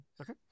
Okay